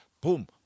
Boom